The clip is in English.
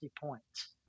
points